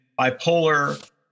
bipolar